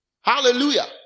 Hallelujah